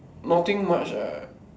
nothing much ah